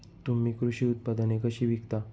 तुम्ही कृषी उत्पादने कशी विकता?